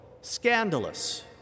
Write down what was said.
scandalous